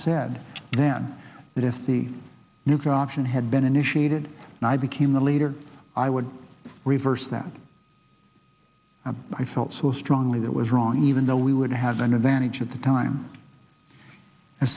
said then that if the nuclear option had been initiated and i became the leader i would reverse that and i felt so strongly that was wrong even though we would have an advantage at the time